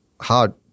hard –